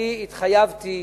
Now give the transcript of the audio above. אני התחייבתי